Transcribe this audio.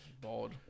Bald